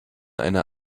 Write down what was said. eine